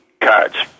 cards